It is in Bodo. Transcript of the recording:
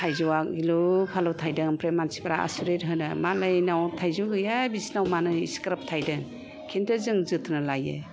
थाइजौआ गिलु बालु थायदों ओमफ्राय मानसिफ्रा आसरिथ होनो मालायनाव थाइजौ गैया बिसोरनाव मानो एसिग्राब थायदों किन्तु जों जोथोन लायो